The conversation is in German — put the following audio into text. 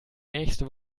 nächste